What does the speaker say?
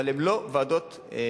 אבל הן לא ועדות פנימיות.